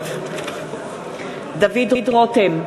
נגד דוד רותם,